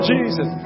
Jesus